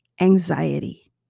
anxiety